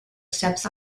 steps